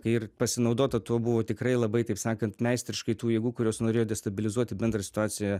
ir pasinaudota tuo buvo tikrai labai taip sakant meistriškai tų jėgų kurios norėjo destabilizuoti bendrą situaciją